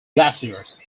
glaciers